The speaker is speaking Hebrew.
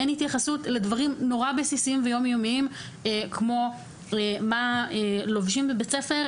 אין התייחסות לדברים נורא בסיסיים ויום יומיים כמו מה לובשים בבית ספר,